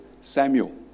Samuel